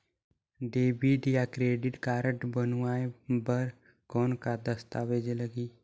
Debit या credit card बनवाय बर कौन का दस्तावेज लगही?